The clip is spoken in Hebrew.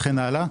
וכן הלאה.